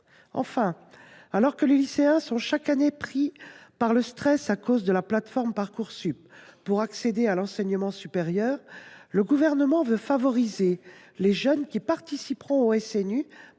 Enfin, alors que les lycéens sont chaque année envahis par le stress à cause de la plateforme Parcoursup qui détermine leur accès à l’enseignement supérieur, le Gouvernement veut favoriser les jeunes qui participeront au SNU